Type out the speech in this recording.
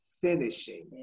finishing